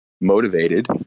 motivated